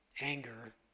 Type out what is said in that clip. anger